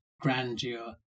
grandeur